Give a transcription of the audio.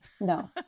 No